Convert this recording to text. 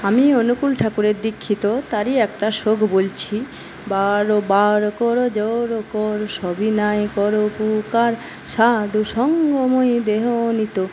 আমি অনুকূল ঠাকুরের দীক্ষিত তারই একটা শ্লোক বলছি